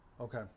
Okay